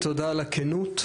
תודה על הכנות,